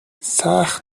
سخت